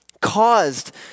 caused